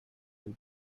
will